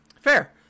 Fair